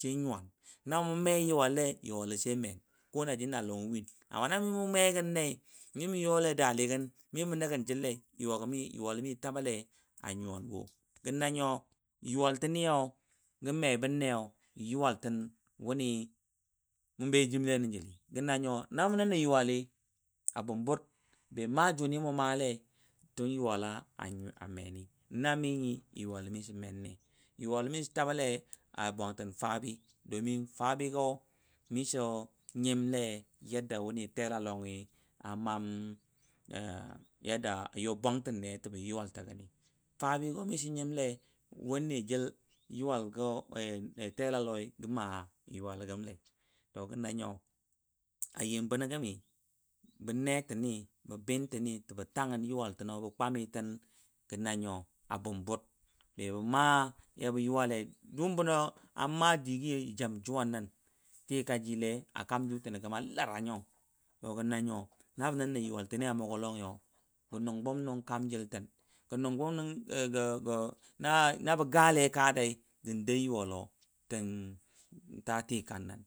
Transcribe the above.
sai nyuwan, na mʊ me yʊwaLə Lei yʊwaL sai men jə na Lɔngɔ win amma namɨ mʊ me gən nəɨ mɨ mʊ yʊLe daaLɨ gən mɨ mʊ nə gən jəLLEɨ yʊwaLə mɨ tabale Le anyʊ wanwo. Gə nanyo, yʊwaL tənnɨ gə m bən ne n yʊwaLtɨnɔ wʊni bə bejɨmLe nə jəLɨ, gə nanyo na mʊ nən nə yʊwaLɨ abʊmbur be ma juni mu malai shi yuwalɔa menni, yuwal mishi taba le bwantən faabi, domin faabigo mishi nyimle yadda wuni telalɔngo yo bwantənne jəbɔ yʊwal təgəni mishi nyimle wanne jəl telalɔngɔ gə maa yuwalɔ gəmlei to gə nanyo bə netən ni bə bɨntɨn tebe ta gən yuwal tənɔ bə kwami tin abumbur be bə maa ya bʊ yuwa dʊʊm bəna maa digi ja jam juwan nən tika ji le akam kanjəl tino gəm a lara nyo gə nʊng bəm nʊng kaam jiltən nabə gale a ka dai ta yuwalo ta tikan nən